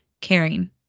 caring